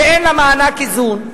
שאין לה מענק איזון,